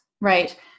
right